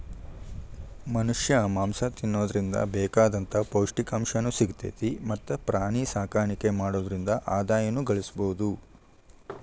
ಮನಷ್ಯಾ ಮಾಂಸ ತಿನ್ನೋದ್ರಿಂದ ಬೇಕಾದಂತ ಪೌಷ್ಟಿಕಾಂಶನು ಸಿಗ್ತೇತಿ ಮತ್ತ್ ಪ್ರಾಣಿಸಾಕಾಣಿಕೆ ಮಾಡೋದ್ರಿಂದ ಆದಾಯನು ಗಳಸಬಹುದು